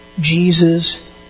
Jesus